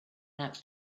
out